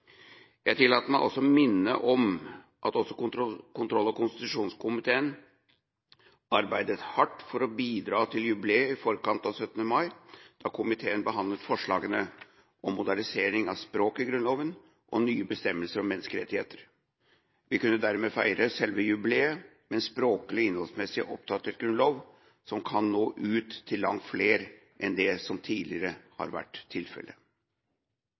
Jeg tillater meg å minne om at også kontroll- og konstitusjonskomiteen arbeidet hardt for å bidra til jubileet i forkant av 17. mai, da komiteen behandlet forslagene om modernisering av språket i Grunnloven og nye bestemmelser om menneskerettigheter. Vi kunne dermed feire selve jubileet med en språklig og innholdsmessig oppdatert grunnlov, som kan nå ut til langt flere enn det som tidligere har vært tilfellet.